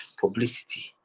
publicity